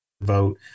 vote